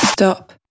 Stop